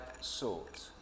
salt